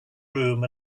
room